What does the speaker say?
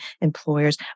employers